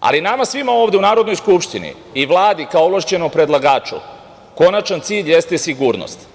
ali nama svima ovde u Narodnoj skupštini i Vladi, kao ovlašćenom predlagaču, konačni cilj jeste sigurnost.